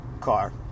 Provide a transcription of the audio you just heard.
car